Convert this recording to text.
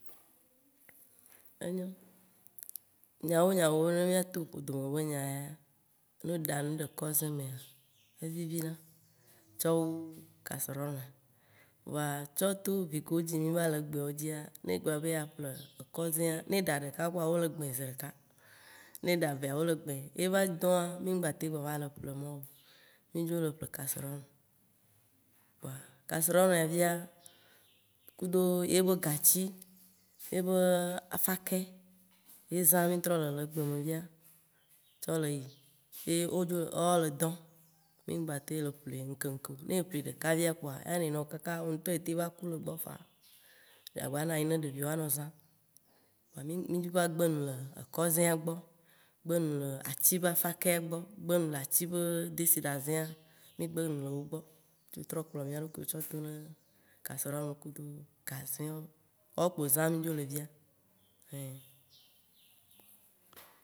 Enyo, nyawo nyawo ne mìato ƒodome be nya ya, nɔ ɖanu ɖe kɔze mea, evivi na, tsɔ wu casserole me, voa tsɔ to vi kewo dzim mì va le egbeawo dzia, ne gba be yeaƒle kɔzea, ne eɖa ɖeka kpoa, wo le gbĩ zeɖeka, ne eɖa vea, wole gbãe, ye va dɔ̃a, mìm gba tem gba va le ƒle emɔwo, mì dzo le ƒle casserole, voa casserole ya fia: kudo ye be gati, ye be afakɛ, ye zã mìtrɔ le le egbe me fia tsɔ le yi, ye wo dzo le woawo le dɔ̃, mìm gba tem le ƒle ŋke ŋke o. Ne ƒli ɖeka fia koi, anɔ anyi nɔ wò kaka wo ŋtɔ etem va ku le egbɔ fãaaa, ye agba nanyi na ɖeviwo woanɔ zã. Kpoa mì dzo va gbe nu le ekɔze ya gbɔ, gbe nu le ati be afakɛ gbɔ, gbe nu le ati be desiɖazea, mì gbe nu le wogbɔ. Dzo trɔ kplɔ mì ɖokuiwo tsɔ do ne casserole kudo gazeawo, woawo kpo zãm mí dzo le fia ein.